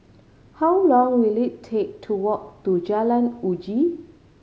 how long will it take to walk to Jalan Uji